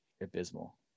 abysmal